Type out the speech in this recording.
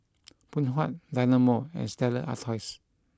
Phoon Huat Dynamo and Stella Artois